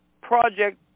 project